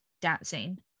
dancing